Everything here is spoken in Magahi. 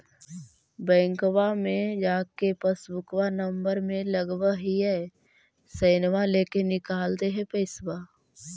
बैंकवा मे जा के पासबुकवा नम्बर मे लगवहिऐ सैनवा लेके निकाल दे है पैसवा?